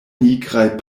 nigraj